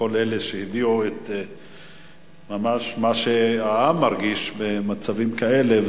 ולכל אלה שהביעו ממש מה שהעם מרגיש במצבים כאלה.